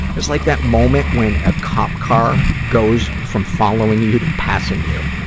it's like that moment when a cop car goes from following you to passing you.